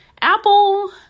Apple